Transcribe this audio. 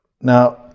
Now